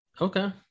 Okay